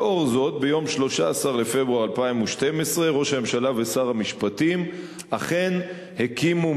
לאור זאת ביום 13 בפברואר 2012 ראש הממשלה ושר המשפטים אכן הקימו,